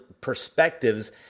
perspectives